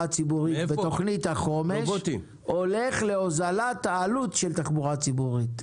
הציבורית ילך להוזלת העלות של תחבורה ציבורית?